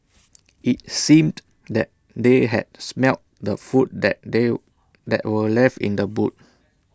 IT seemed that they had smelt the food that they that were left in the boot